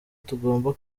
tugomba